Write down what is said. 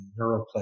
neuroplasticity